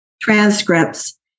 transcripts